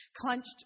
clenched